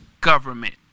Government